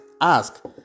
ask